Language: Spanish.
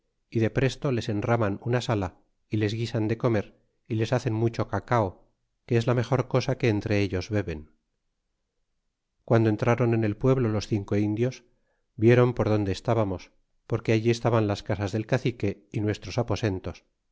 y de presto les enraman una sala y les guisan de comer y les hacen mucho cacao que es la mejor cosa que entre ellos beben y guando entrron en el pueblo los cinco indios vinieron por donde estábamos porque allí estaban las casas del cacique y nuestros aposentos